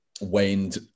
waned